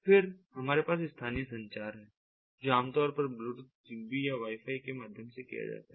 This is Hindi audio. फिर हमारे पास स्थानीय संचार है जो आमतौर पर ब्लूटूथ ज़िगबी या वाईफाई के माध्यम से किया जाता है